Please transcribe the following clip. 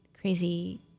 Crazy